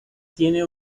tiene